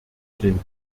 den